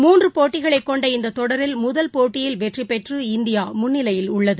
மூன்று போட்டிகளை கொண்ட இந்த தொடரில் முதல் போட்டியில் வெற்றி பெற்று இந்தியா முன்னிலையில் உள்ளது